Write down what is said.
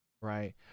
right